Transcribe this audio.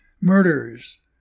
murders